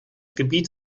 gebiet